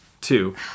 Two